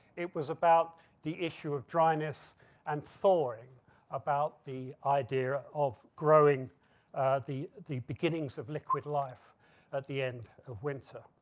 it was about the issue of dryness and thawing about the idea of growing the the beginnings of liquid life at the end of winter.